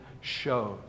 shows